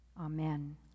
Amen